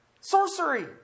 Sorcery